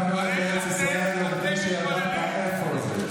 אבותיי בנו את ארץ ישראל עוד לפני שידעת איפה זה.